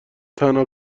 تنها